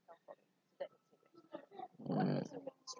mm